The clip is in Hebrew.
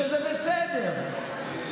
שזה בסדר,